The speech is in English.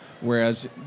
Whereas